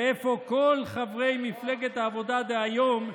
ואיפה כל חברי מפלגת העבודה דהיום,